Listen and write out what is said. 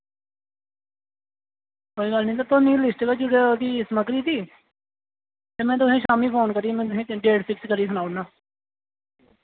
कोई गल्ल निं सर तुस मी लिस्ट भेजी ओड़ेओ ओह्दी सामग्री दी ते में तुसें शाम्मी फोन करियै में तुसें डेट फिक्स करियै सनाई ओड़ना